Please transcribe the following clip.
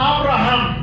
Abraham